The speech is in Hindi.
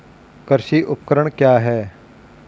कृषि उपकरण क्या है?